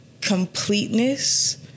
completeness